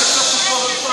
אני ישבתי פה ולא הצבעתי.